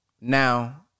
Now